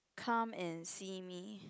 come and see me